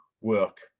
work